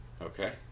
Okay